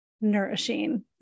nourishing